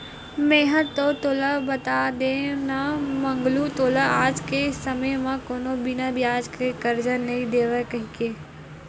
मेंहा तो तोला बता देव ना मंगलू तोला आज के समे म कोनो बिना बियाज के करजा नइ देवय कहिके